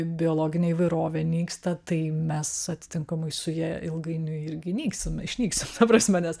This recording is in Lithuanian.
biologinė įvairovė nyksta tai mes atitinkamai su ja ilgainiui irgi nyksim išnyks ta prasme nes